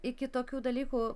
iki tokių dalykų